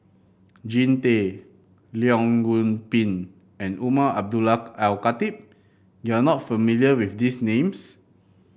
Jean Tay Leong Yoon Pin and Umar Abdullah Al Khatib You are not familiar with these names